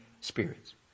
spirits